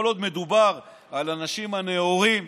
כל עוד מדובר על האנשים הנאורים,